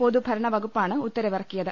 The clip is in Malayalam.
പൊതുഭരണവകുപ്പാണ് ഉത്തര വിറക്കിയത്